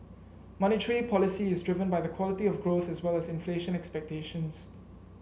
monetary policy is driven by the quality of growth as well as inflation expectations